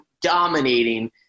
dominating